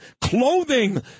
clothing